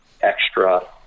extra